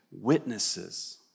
witnesses